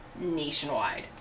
nationwide